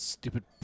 stupid